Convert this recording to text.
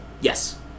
Yes